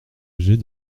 rejet